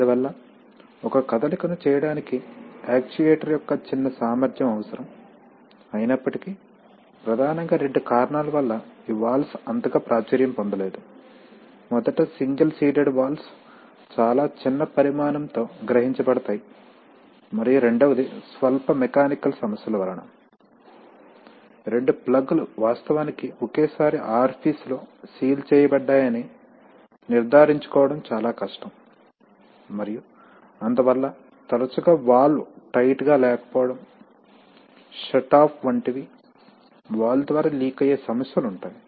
అందువల్ల ఒక కదలికను చేయడానికి యాక్చుయేటర్ యొక్క చిన్న సామర్థ్యం అవసరం అయినప్పటికీ ప్రధానంగా రెండు కారణాల వల్ల ఈ వాల్వ్స్ అంతగా ప్రాచుర్యం పొందలేదు మొదట సింగిల్ సీటెడ్ వాల్వ్స్ చాలా చిన్న పరిమాణంతో గ్రహించబడతాయి మరియు రెండవది స్వల్ప మెకానికల్ సమస్యల వలన రెండు ప్లగ్లు వాస్తవానికి ఒకేసారి ఆర్ఫీస్ లో సీల్ చేయబడ్డాయని నిర్ధారించుకోవడం చాలా కష్టం మరియు అందువల్ల తరచుగా వాల్వ్ టైట్ గా లేకపోవడం షట్ ఆఫ్ వంటివి వాల్వ్ ద్వారా లీక్ అయ్యే సమస్యలు ఉంటాయి